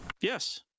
Yes